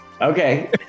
Okay